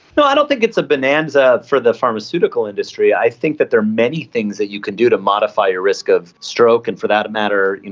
no, i don't think it's a bonanza for the pharmaceutical industry. i think that there many things that you could do to modify your risk of stroke and, for that matter,